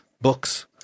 Books